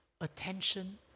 attention